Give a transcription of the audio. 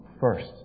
first